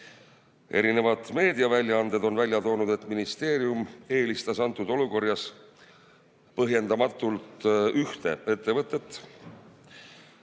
Erinevad meediaväljaanded on välja toonud, et ministeerium eelistas antud olukorras põhjendamatult ühte ettevõtet.